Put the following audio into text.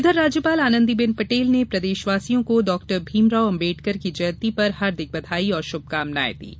इधर राज्यपाल आनंदीबेन पटेल ने प्रदेशवासियों को डॉ भीमराव अंबेडकर की जयंती पर हार्दिक बधाई एवं शुभकामनाएं दी हैं